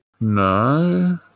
No